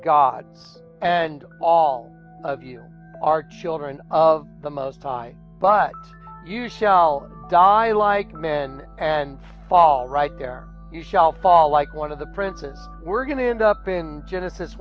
god and all of you are children of the most high but you shall die like men and fall right there you shall fall like one of the princes were going to end up in genesis